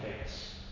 face